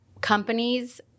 companies